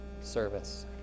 service